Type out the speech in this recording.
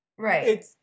Right